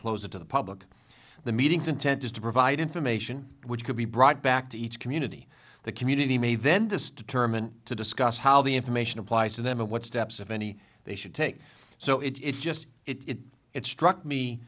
close it to the public the meetings intent is to provide information which could be brought back to each community the community may then this determine to discuss how the information applies to them and what steps if any they should take so it's just it it struck me